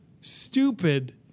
stupid